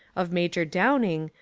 of major downing,